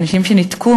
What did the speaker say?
אנשים שניתקו